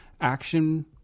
action